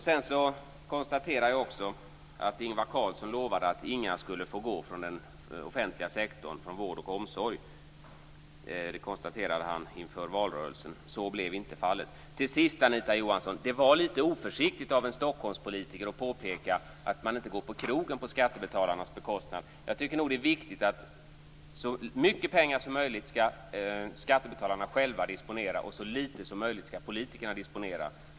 Sedan konstaterar jag också att Ingvar Carlsson lovade att ingen skulle behöva gå från den offentliga sektorn, från vård och omsorg. Det konstaterade han inför valrörelsen. Så blev inte fallet. Till sist, Anita Johansson, var det litet oförsiktigt av en Stockholmspolitiker att påpeka att man inte går på krogen på skattebetalarnas bekostnad. Jag tycker nog att det är viktigt att skattebetalarna själva skall disponera så mycket pengar som möjligt och så litet som möjligt skall politikerna disponera.